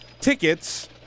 tickets